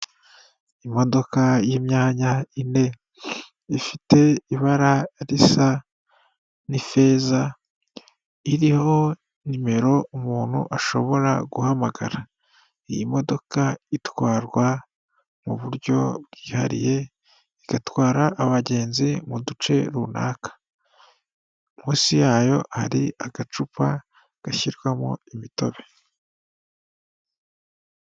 Imodoka y'imyanya ine ifite ibara risa n'ifeza iriho nimero umuntu ashobora guhamagara iyi modoka itwarwa muburyo bwihariye igatwara abagenzi mu duce runaka munsi yayo hari agacupa gashyirwamo imitobe.